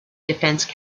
defence